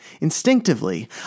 Instinctively